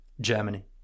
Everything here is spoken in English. Germany